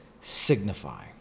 signify